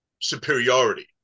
superiority